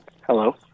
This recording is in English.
Hello